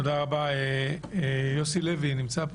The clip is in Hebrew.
זה איפשר לי